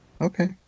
Okay